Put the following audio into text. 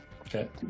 Okay